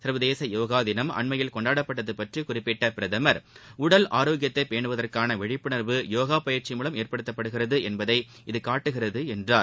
சர்வதேச யோகா தினம் அண்மையில் கொண்டாடப்பட்டது பற்றி குறிப்பிட்ட பிரதமர் உடல் ஆரோக்கியத்தை பேனுவதற்கான விழிப்புனர்வு யோகா பயிற்சியின் மூவம் ஏற்படுத்தப்படுகிறது என்பதை இது காட்டுகிறது என்றார்